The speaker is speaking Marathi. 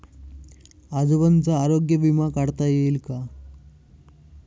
आजोबांचा आरोग्य विमा काढता येईल का?